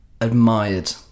admired